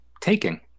taking